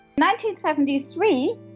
1973